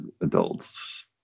adults